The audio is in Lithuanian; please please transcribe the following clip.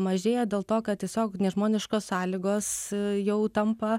mažėja dėl to kad tiesiog nežmoniškos sąlygos jau tampa